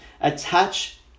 Attach